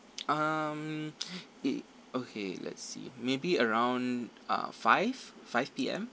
um it okay let's see maybe around uh five five P_M